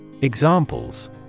Examples